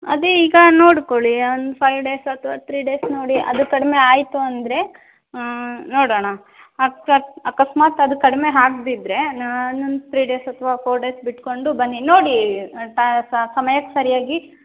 ಅದೇ ಈಗ ನೋಡಿಕೊಳ್ಳಿ ಒಂದು ಫೈವ್ ಡೇಸ್ ಅಥವಾ ಥ್ರೀ ಡೇಸ್ ನೋಡಿ ಅದು ಕಡಿಮೆ ಆಯಿತು ಅಂದರೆ ನೋಡೋಣ ಅಕ್ಕಸ್ ಅಕಸ್ಮಾತ್ ಅದು ಕಡಿಮೆ ಆಗದಿದ್ರೆ ನಾನೊಂದು ಥ್ರೀ ಡೇಸ್ ಅಥವಾ ಫೋರ್ ಡೇಸ್ ಬಿಟ್ಟುಕೊಂಡು ಬನ್ನಿ ನೋಡಿ ಸಮಯಕ್ಕೆ ಸರಿಯಾಗಿ